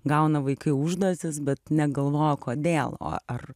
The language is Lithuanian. gauna vaikai užduotis bet negalvoja kodėl o ar